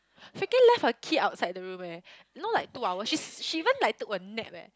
Firqin left her key outside the room eh you know like two hour she's she even like took a nap eh